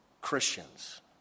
Christians